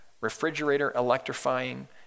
refrigerator-electrifying